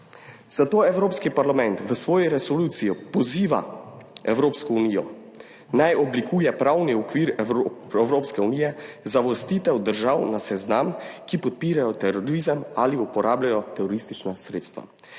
Zato Evropski parlament v svoji resoluciji poziva Evropsko unijo, naj oblikuje pravni okvir Evropske unije za uvrstitev držav na seznam, ki podpirajo terorizem ali uporabljajo teroristična sredstva.